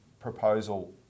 proposal